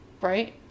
Right